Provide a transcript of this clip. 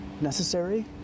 necessary